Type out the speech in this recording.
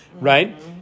right